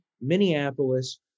Minneapolis